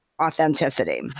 authenticity